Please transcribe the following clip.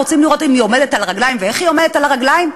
רוצים לראות אם היא עומדת על הרגליים ואיך היא עומדת על הרגליים,